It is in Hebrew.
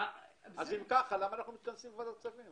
אם ככה, למה אנחנו מתכנסים בוועדת כספים?